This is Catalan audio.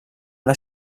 una